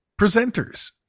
presenters